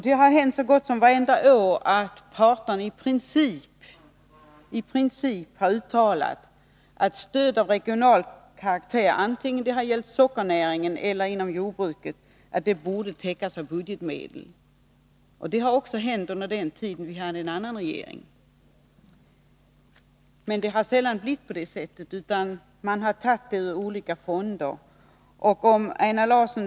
Det har hänt så gott som vartenda år att parterna i princip har uttalat att stöd av regional karaktär, vare sig det gällt sockernäringen eller jordbruket, bort täckas av budgetmedel. Det hände också under den tid vi hade en annan regering. Men det har sällan blivit på det sättet, utan man har tagit medlen ur olika fonder.